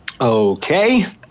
Okay